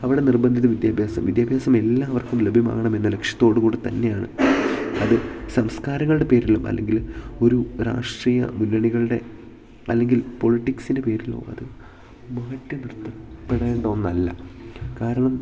അവിടെ നിർബന്ധിത വിദ്യാഭ്യാസം വിദ്യാഭ്യാസം എല്ലാവർക്കും ലഭ്യമാകണെമെന്ന ലക്ഷ്യത്തോടുകൂടി തന്നെയാണ് അത് സംസ്കാരങ്ങളുടെ പേരിലും അല്ലെങ്കിൽ ഒരു രാഷ്ട്രീയ മുന്നണികളുടെ അല്ലെങ്കിൽ പൊളിറ്റിക്സിൻ്റെ പേരിലോ അത് മാറ്റിനിർത്തപ്പെടേണ്ട ഒന്നല്ല കാരണം